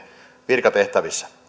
virkatehtävissä